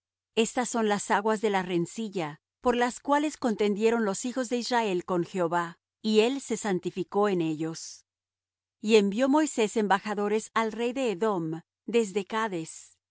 estas son las aguas de la rencilla por las cuales contendieron los hijos de israel con jehová y él se santificó en ellos y envió moisés embajadores al rey de edom desde cades así